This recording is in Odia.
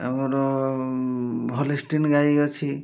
ଆମର ଭଲଷ୍ଟିନ୍ ଗାଈ ଅଛି